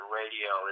radio